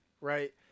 Right